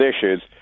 issues